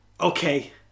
Okay